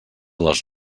les